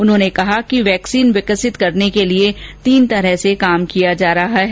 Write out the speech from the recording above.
उन्होंने कहा कि वैक्सीन विकसित करने के लिए तीन तरह से काम किया जा रहा है